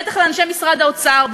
בטח לאנשי משרד האוצר,